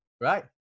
Right